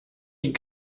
die